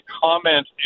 comment